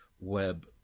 web